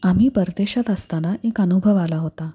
आम्ही परदेशात असताना एक अनुभव आला होता